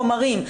החומרים.